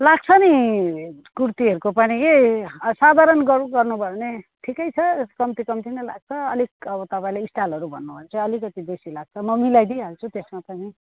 लाग्छ नि कुर्तीहरूको पनि कि साधारण गरौँ गर्नु भयो भने ठिकै छ कम्ती कम्ती नै लाग्छ अलिक अब तपाईँलाई स्टाइलहरू भन्नु भयो भने चाहिँ अलिकति बेसी लाग्छ म मिलाई दिहाल्छु त्यसमा पनि